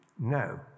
No